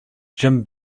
jim